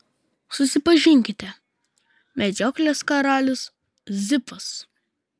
susipažinkite medžioklės karalius zipas